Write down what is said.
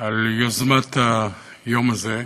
על יוזמת היום הזה.